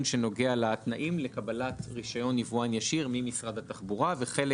שנוגע לתנאים לקבלת רישיון יבואן ישיר ממשרד התחבורה וחלק